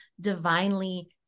divinely